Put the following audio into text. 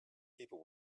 people